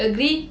agree